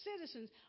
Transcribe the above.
citizens